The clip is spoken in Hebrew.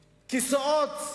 כיסאות,